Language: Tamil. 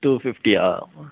டூ ஃபிஃப்ட்டியா